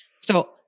So-